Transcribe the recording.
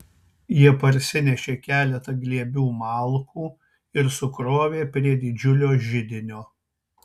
jie parsinešė keletą glėbių malkų ir sukrovė prie didžiulio židinio